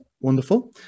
Wonderful